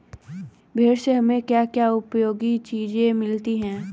भेड़ से हमें क्या क्या उपयोगी चीजें मिलती हैं?